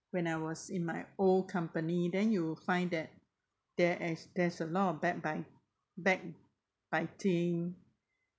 when I was in my old company then you will find that there as there's a lot of back-bite back-biting